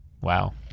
Wow